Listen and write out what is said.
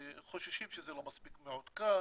שחוששים שזה לא מספיק מעודכן,